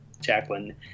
Jacqueline